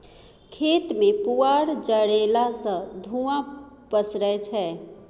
खेत मे पुआर जरएला सँ धुंआ पसरय छै